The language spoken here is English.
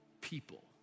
people